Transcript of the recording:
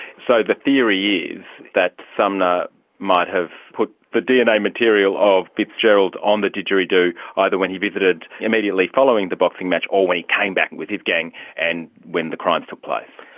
so the theory is that sumner might have put the dna material of fitzgerald on the didgeridoo, either when he visited immediately following the boxing match or when he came back with his gang and when the crimes took place.